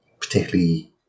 particularly